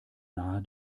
nahe